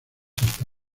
hasta